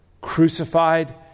crucified